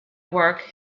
work